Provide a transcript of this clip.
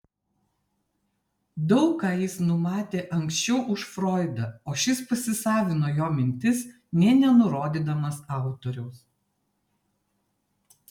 daug ką jis numatė anksčiau už froidą o šis pasisavino jo mintis nė nenurodydamas autoriaus